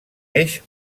eix